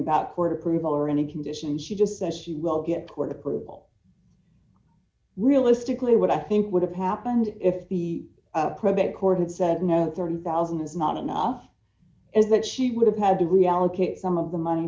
about court approval or any condition she just says she will get poor approval realistically what i think would have happened if the probate court had said no thirty thousand is not enough is that she would have had to reallocate some of the money